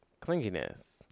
clinginess